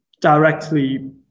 directly